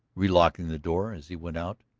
relocking the door as he went out,